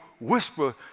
whisper